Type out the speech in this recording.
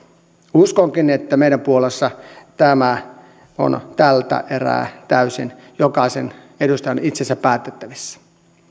uskonkin että meidän puolueessa tämä on tältä erää täysin jokaisen edustajan itsensä päätettävissä